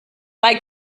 bei